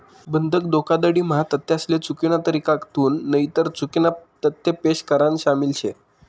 बंधक धोखाधडी म्हा तथ्यासले चुकीना तरीकाथून नईतर चुकीना तथ्य पेश करान शामिल शे